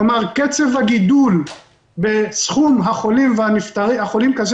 כלומר קצב הגידול בסכום החולים קשה